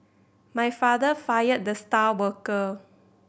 my father fired the star worker